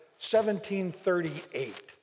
1738